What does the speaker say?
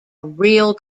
real